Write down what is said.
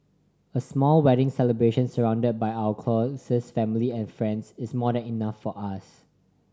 a small wedding celebration surrounded by our closest family and friends is more than enough for us